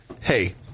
hey